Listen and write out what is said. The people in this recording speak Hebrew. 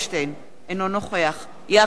אינו נוכח יעקב אדרי,